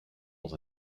dans